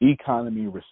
Economy